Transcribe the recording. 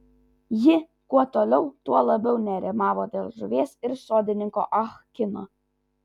ji kuo toliau tuo labiau nerimavo dėl žuvies ir sodininko ah kino